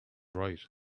right